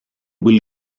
will